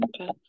Okay